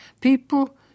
people